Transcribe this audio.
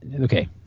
okay